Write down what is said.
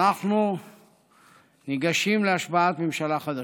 אנחנו ניגשים להשבעת ממשלה חדשה,